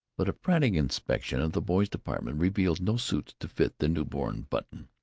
but a frantic inspection of the boys' department revealed no suits to fit the new-born button.